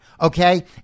Okay